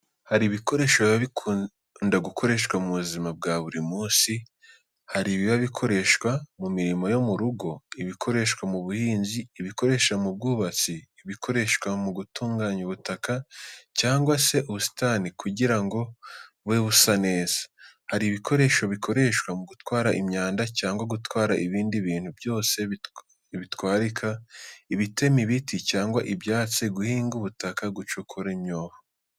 Hari ibikoresho biba bikunda gukoreshwa mu buzima bwa buri munsi. Hari ibiba bikoreshwa mu mirimo yo mu rugo, ibikoreshwa mu buhinzi, ibikoreshwa mu bwubatsi, ibikoreshwa mu gutunganya ubutaka cyangwa se ubusitani kugira ngo bube busa neza. Hari ibikoresho bikoreshwa mu gutwara imyanda cyangwa gutwara ibindi bintu byose bitwarika, ibitema ibiti cyangwa ibyatsi, guhinga ubutaka, gucukura imyobo.